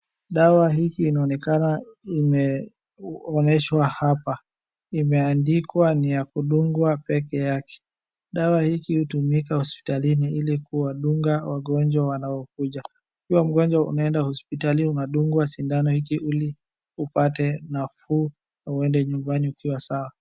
Dawa hili inaonekana imeonyeshwa hapa, imeandikwa ni ya kudungwa pekeake. Dawa hili utumika hopsitalini ili kuwadunga wagonjwa wanaokuja. Ukiwa mgonjwa unaeda hospitalini unadungwa sindano ili upate nafuu, uende nyumbani ukiwa sawa.